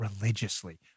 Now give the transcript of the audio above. religiously